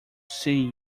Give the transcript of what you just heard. see